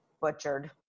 butchered